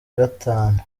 gatanu